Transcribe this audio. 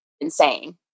Insane